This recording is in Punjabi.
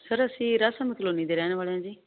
ਸਰ ਅਸੀਂ ਰਾਧਾ ਸੁਆਮੀ ਕਲੋਨੀ ਦੇ ਰਹਿਣ ਵਾਲੇ ਹਾਂ ਜੀ